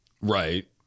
Right